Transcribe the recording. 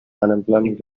unemployment